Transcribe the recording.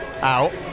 out